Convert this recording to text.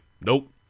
nope